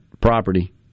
property